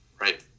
Right